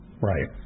Right